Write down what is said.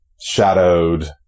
shadowed